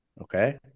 Okay